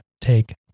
take